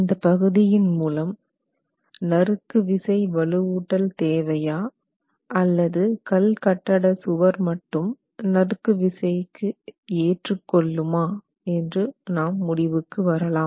இந்த பகுதியின் மூலம் நறுக்கு விசை வலுவூட்டல் தேவையா அல்லது கல்கட்டட சுவர் மட்டும் நறுக்கு விசை ஏற்றுக் கொள்ளுமா என்று நாம் முடிவுக்கு வரலாம்